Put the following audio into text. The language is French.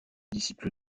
disciple